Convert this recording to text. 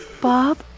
Bob